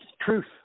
Truth